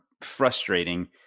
frustrating